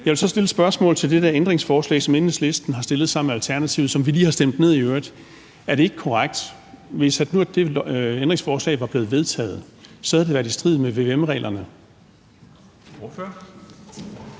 Jeg vil så stille et spørgsmål til det ændringsforslag, som Enhedslisten har stillet sammen med Alternativet, og som vi i øvrigt lige har stemt ned, nemlig om det ikke er korrekt, at det, hvis det ændringsforslag nu var blevet vedtaget, havde været i strid med vvm-reglerne.